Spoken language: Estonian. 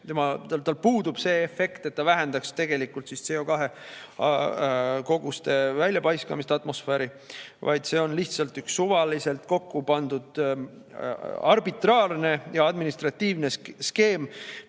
tal puudub see efekt, et ta vähendaks tegelikult CO2‑koguste väljapaiskamist atmosfääri. See on lihtsalt üks suvaliselt kokkupandud arbitraarne ja administratiivne skeem,